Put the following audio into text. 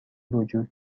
وجود